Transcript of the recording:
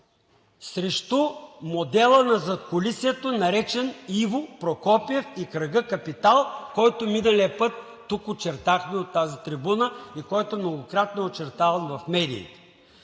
срещу модела на задкулисието, наречен Иво Прокопиев и кръга „Капитал“, който миналия път очертахме от тази трибуна, и който многократно е очертаван в медиите.